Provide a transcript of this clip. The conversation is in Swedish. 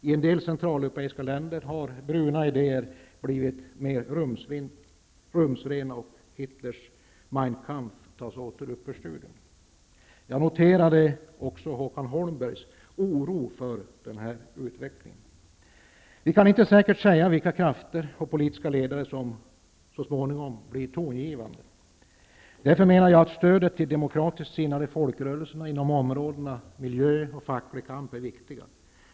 I en del centraleuropeiska länder har bruna idéer blivit mer rumsrena, och Hitlers Mein Kampf tas åter upp för studium. Jag noterade också Håkan Holmbergs oro för denna utveckling. Vi kan inte säkert säga vilka krafter och politiska ledare som så småningom blir tongivande. Därför menar jag att stödet till demokratiskt sinnade folkrörelser inom områdena miljö och facklig kamp är viktiga.